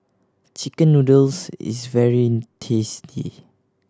chicken noodles is very tasty